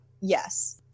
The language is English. yes